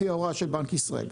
לפי ההוראה של בנק ישראל.